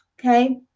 Okay